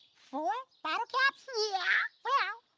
four bottle caps? yeah. well.